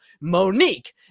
Monique